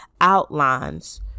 outlines